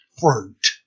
fruit